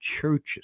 churches